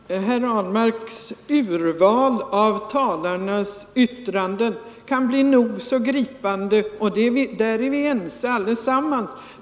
Fru talman! Herr Ahlmarks urval av talarnas yttranden kan bli nog så gripande, och därvidlag är vi ense allesammans.